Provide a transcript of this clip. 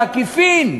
בעקיפין,